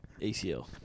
ACL